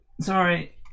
Sorry